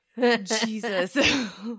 Jesus